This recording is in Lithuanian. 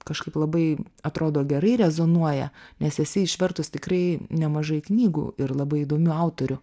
kažkaip labai atrodo gerai rezonuoja nes esi išvertus tikrai nemažai knygų ir labai įdomių autorių